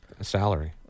salary